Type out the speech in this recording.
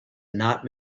not